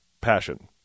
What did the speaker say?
passion